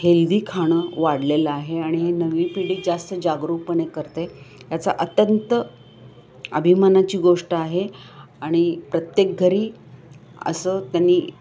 healthy खाणं वाढलेलं आहे आणि हे नवी पिढीत जास्त जागरूकपणे करते याचा अत्यंत अभिमानाची गोष्ट आहे आणि प्रत्येक घरी असं त्यांनी